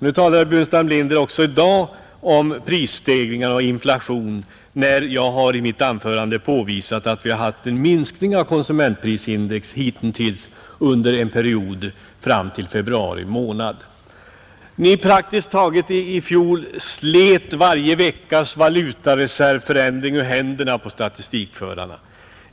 Även i dag har herr Burenstam Linder talat om prisstegringar och inflation, sedan jag i mitt anförande påvisat att vi hittills har noterat en minskning av konsumentprisindex under netto oktober 1970 till februari månad i år. I fjol slet ni praktiskt taget varje veckas valutareservförändring ur händerna på statistikförarna.